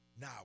Now